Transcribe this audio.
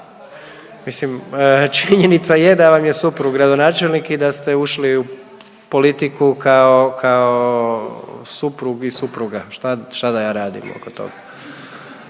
mislim, činjenica je da vam je suprug gradonačelnik i da ste ušli u politiku kao, kao suprug i supruga, šta da ja radim oko toga.